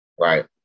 Right